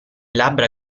labbra